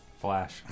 Flash